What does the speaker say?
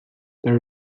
there